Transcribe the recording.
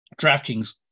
DraftKings